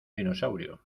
dinosaurio